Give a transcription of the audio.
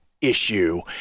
issue